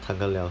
tan ka liao